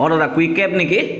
অঁ দাদা quick cab নেকি